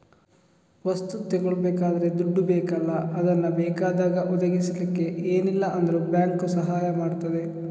ವಸ್ತು ತಗೊಳ್ಬೇಕಾದ್ರೆ ದುಡ್ಡು ಬೇಕಲ್ಲ ಅದನ್ನ ಬೇಕಾದಾಗ ಒದಗಿಸಲಿಕ್ಕೆ ಏನಿಲ್ಲ ಅಂದ್ರೂ ಬ್ಯಾಂಕು ಸಹಾಯ ಮಾಡ್ತದೆ